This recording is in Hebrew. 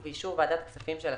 ובאישור ועדת הכספים של הכנסת,